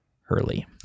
Hurley